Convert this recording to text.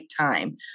time